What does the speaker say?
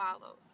follows